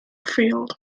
field